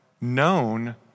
known